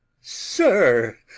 sir